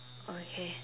okay